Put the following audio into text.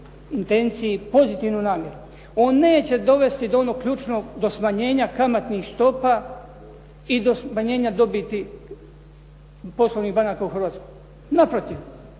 pozitivnu namjeru, on neće dovesti do onog ključnog, do smanjenja kamatnih stopa i do smanjenja dobiti poslovnih banaka u Hrvatskoj. Naprotiv,